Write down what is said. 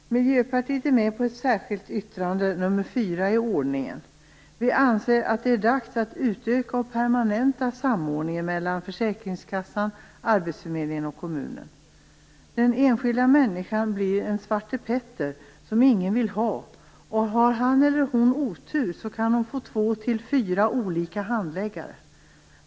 Fru talman! Miljöpartiet står med på det särskilda yttrandet nr 4. Vi anser att det är dags att utöka och permanenta samordningen mellan försäkringskassan, arbetsförmedlingen och kommunen. Den enskilda människan blir en Svarte Petter, som ingen vill ha. Har vederbörande otur, kan han eller hon få två till fyra olika handläggare.